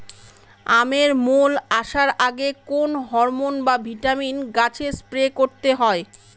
আমের মোল আসার আগে কোন হরমন বা ভিটামিন গাছে স্প্রে করতে হয়?